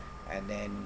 and then